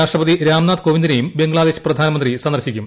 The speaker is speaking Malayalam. രാഷ്ട്രപതി രാംനാഥ് കോവിന്ദിനെയും ബംഗ്ലാദേശ് പ്രധാനമന്ത്രി സന്ദർശിക്കും